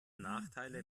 nachteile